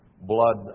blood